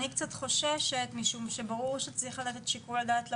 אני קצת חוששת משום שברור שצריך לתת את שיקול הדעת למנהל,